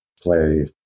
play